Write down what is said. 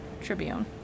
Tribune